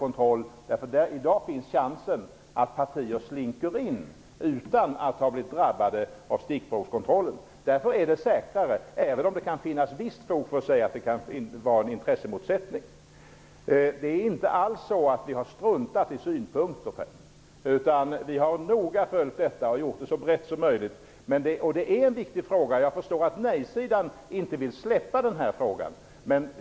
Det finns nämligen en risk för att partier slinker in i landet utan att ha blivit drabbade av stickprovskontrollen. Därför blir det här säkrare vid ett EU-medlemskap, även om det kan finnas visst fog för farhågan att det kan uppstå en intressemotsättning. Vi har inte struntat i vissa synpunkter, Per Gahrton. Vi har noga följt frågan och strävat efter en så bred lösning som möjligt. Detta är en viktig fråga. Jag förstår att nej-sidan inte vill släppa den här frågan.